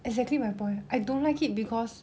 exactly my point I don't like it because